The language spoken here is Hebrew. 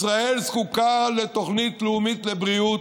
ישראל זקוקה לתוכנית לאומית לבריאות,